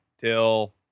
till